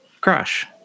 crash